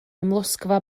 amlosgfa